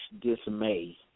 dismay